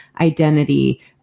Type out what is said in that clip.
identity